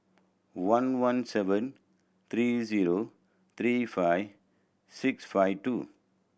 one one seven three zero three five six five two